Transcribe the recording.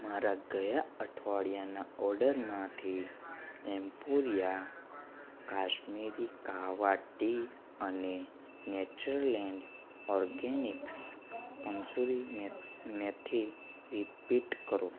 મારા ગયા અઠવાડિયાના ઓર્ડરમાંથી એમ્પોરીયા કાશ્મીરી કાહવા ટી અને Natureland Organics Kasuri methi repeat કરો